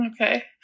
Okay